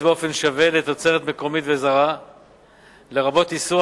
עסקים קטנים במכרזים